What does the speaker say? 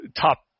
top